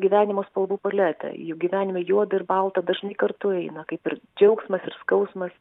gyvenimo spalvų paletę juk gyvenime juoda ir balta dažnai kartu eina kaip ir džiaugsmas ir skausmas